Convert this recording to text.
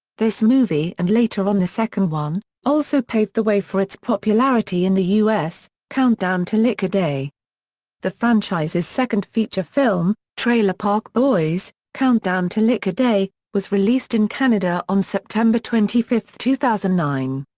this movie and later on the second one, also paved the way for its popularity in the u s. countdown to liquor day the franchise's second feature film, trailer park boys countdown to liquor day, was released in canada on september twenty five, two thousand and nine.